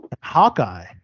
Hawkeye